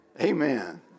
amen